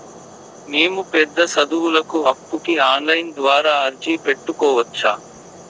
మేము పెద్ద సదువులకు అప్పుకి ఆన్లైన్ ద్వారా అర్జీ పెట్టుకోవచ్చా?